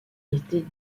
été